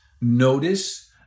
notice